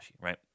right